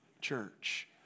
church